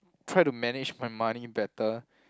try to manage my money better